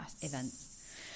events